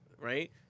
right